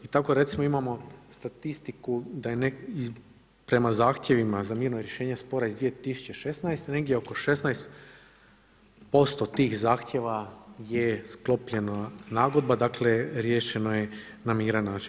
I tako recimo imamo statistiku prema zahtjevima za mirno rješenje spora iz 2016. negdje oko 16% tih zahtjeva je sklopljena nagodba, dakle riješeno je na miran način.